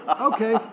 okay